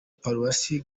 paruwasi